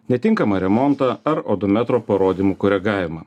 netinkamą remontą ar odometro parodymų koregavimą